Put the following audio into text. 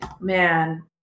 man